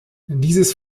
dieses